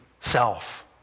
self